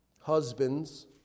Husbands